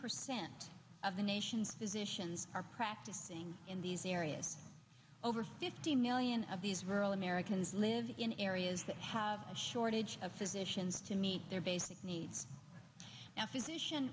percent of the nation's physicians are practicing in these areas over fifty million of these rural americans live in areas that have a shortage of physicians to meet their basic needs now physician